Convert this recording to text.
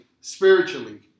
spiritually